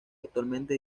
actualmente